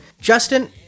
Justin